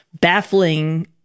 baffling